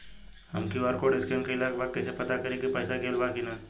हम QR code scan कइला के बाद कइसे पता करि की पईसा गेल बा की न?